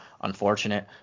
Unfortunate